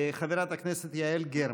חברת הכנסת יעל גרמן.